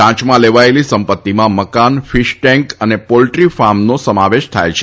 ટાંચમાં લેવાયેલી સંપત્તિમાં મકાન ફિશ ટેન્ક અને પોલ્ટ્રી ફાર્મનો સમાવેશ થાય છે